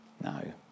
No